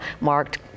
marked